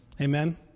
Amen